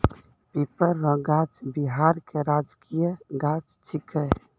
पीपर रो गाछ बिहार के राजकीय गाछ छिकै